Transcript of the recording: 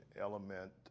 element